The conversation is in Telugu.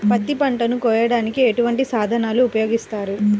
పత్తి పంటను కోయటానికి ఎటువంటి సాధనలు ఉపయోగిస్తారు?